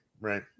right